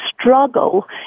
struggle